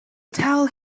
tell